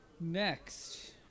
Next